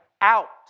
out